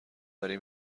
وری